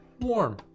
warm